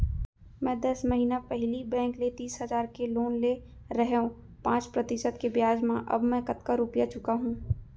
मैं दस महिना पहिली बैंक ले तीस हजार के लोन ले रहेंव पाँच प्रतिशत के ब्याज म अब मैं कतका रुपिया चुका हूँ?